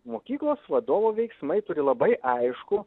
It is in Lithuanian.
mokyklos vadovo veiksmai turi labai aiškų